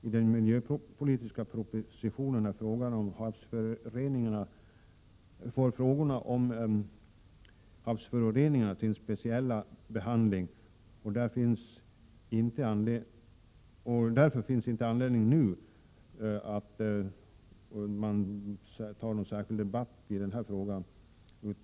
I den propositionen får frågan om havsföroreningarna sin speciella behandling, och därför finns inte anledning att nu ta upp en särskild debatt i den frågan.